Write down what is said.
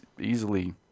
easily